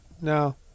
no